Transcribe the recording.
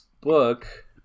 book